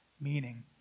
meaning